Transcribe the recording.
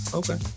okay